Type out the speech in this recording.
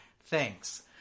Thanks